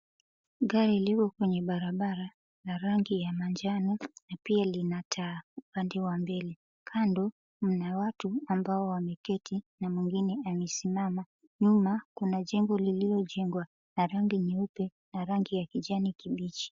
Gari liko kwenye barabara la rangi ya manjano na pia lina taa upande wa mbele. Kando kuna watu ambao wameketi na mwingine amesimama. Nyuma kuna jengo lililojengwa kwa rangi nyeupe na rangi ya kijani kibichi.